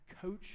coach